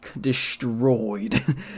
destroyed